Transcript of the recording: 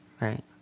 Right